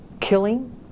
killing